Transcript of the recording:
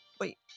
Wait